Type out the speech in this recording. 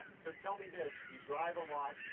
so tell me this you drive a lot,